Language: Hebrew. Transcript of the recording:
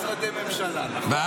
סגירה של 15 משרדי ממשלה, נכון או לא?